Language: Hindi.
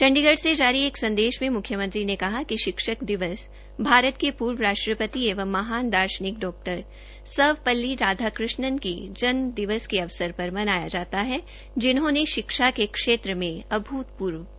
चंडीगढ़ से जारी एक संदेश में म्ख्यमंत्री ने कहा कि शिक्षक दिवस भारत के पूर्वएवं महान दार्शनिक डा सर्वपल्ली राधा कृष्णन के जन्म दिवस के अवसर पर मनाया जाता है जिन्होंने शिक्षा के क्षेत्र में अभूतपूर्व योगदान दिया